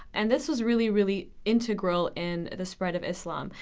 and this was really really integral in the spread of islam.